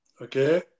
Okay